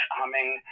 humming